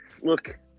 Look